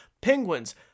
penguins